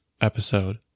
episode